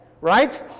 Right